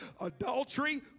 Adultery